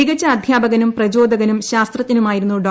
മികച്ച അധ്യാപകനും പ്രചോദകനും ശാസ്ത്രജ്ഞനുമായിരുന്നു ഡോ